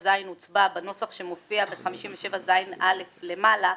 57ז הוצבע בנוסח שמופיע ב-57ז(א) למעלה,